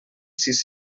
sis